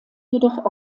jedoch